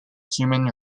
human